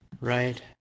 Right